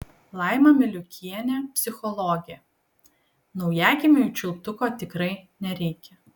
laima miliukienė psichologė naujagimiui čiulptuko tikrai nereikia